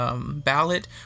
ballot